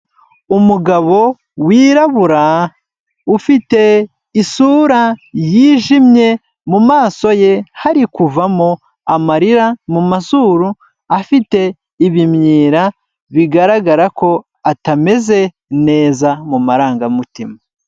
Umugabo wirabura ufite isura yijimye mumaso ye hari kuvamo amarira mumazuru afite ibimyira bigaragara ko atameze neza mu marangamutima.